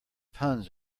puns